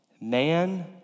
Man